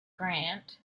grant